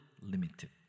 limited